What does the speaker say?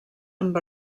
amb